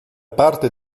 parte